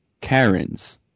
Karen's